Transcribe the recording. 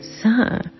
Sir